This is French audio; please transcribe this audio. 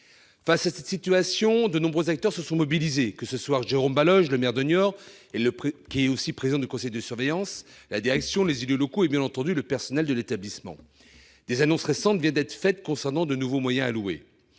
Face à cette situation, de nombreux acteurs se sont mobilisés, que ce soient Jérôme Baloge, le maire de Niort, qui est aussi le président du conseil de surveillance, la direction, les élus locaux et, bien entendu, le personnel de l'établissement. Des annonces récentes viennent d'être faites concernant de nouveaux moyens alloués.